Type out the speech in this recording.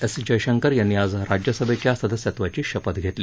S Jaishankar यांनी आज राज्यसभेच्या सदस्यत्त्वाची शपथ घेतली